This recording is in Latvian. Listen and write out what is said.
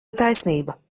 taisnība